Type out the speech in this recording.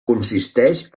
consisteix